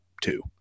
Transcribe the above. two